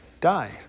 die